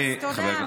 תודה.